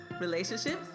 Relationships